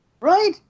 Right